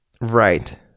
Right